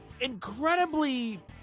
incredibly